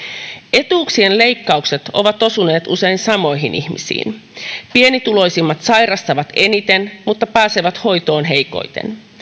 etuuksien leikkaukset ovat osuneet usein samoihin ihmisiin pienituloisimmat sairastavat eniten mutta pääsevät hoitoon heikoiten